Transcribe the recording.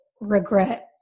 regret